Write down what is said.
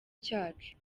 cyacu